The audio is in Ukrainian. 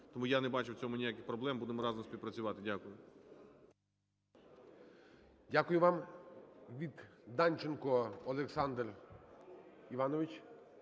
Тому я не бачу в цьому ніяких проблем, будемо разом співпрацювати. Дякую. ГОЛОВУЮЧИЙ. Дякую вам. Данченко Олександр Іванович.